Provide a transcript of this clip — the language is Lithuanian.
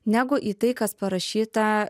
negu į tai kas parašyta